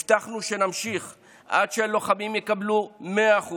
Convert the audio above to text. הבטחנו שנמשיך עד שהלוחמים יקבלו 100%,